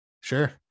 sure